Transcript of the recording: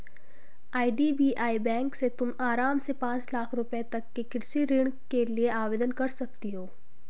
IDBI bank से तुम आराम से पाँच लाख रुपयों तक के कृषि ऋण के लिए आवेदन कर सकती हो